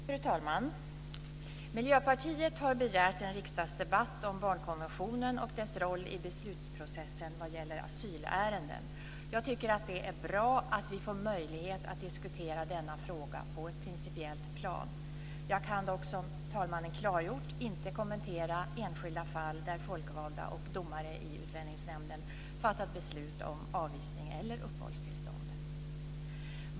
Fru talman! Miljöpartiet har begärt en riksdagsdebatt om barnkonventionen och dess roll i beslutsprocessen vad gäller asylärenden. Jag tycker att det är bra att vi får möjlighet att diskutera denna fråga på ett principiellt plan. Jag kan dock, som talmannen klargjort, inte kommentera enskilda fall där folkvalda och domare i Utlänningsnämnden fattat beslut om avvisning eller uppehållstillstånd.